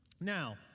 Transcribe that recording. Now